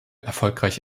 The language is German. erfolgreich